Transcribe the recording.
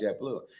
JetBlue